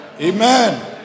Amen